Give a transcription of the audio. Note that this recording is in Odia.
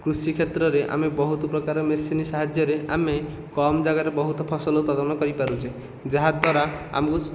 କୃଷି କ୍ଷେତ୍ରରେ ଆମେ ବହୁତ ପ୍ରକାର ମେସିନ ସାହାଯ୍ୟରେ ଆମେ କମ ଜାଗାରେ ବହୁତ ଫସଲ ଉତ୍ପାଦନ କରିପାରୁଛେ ଯାହା ଦ୍ୱାରା ଆମକୁ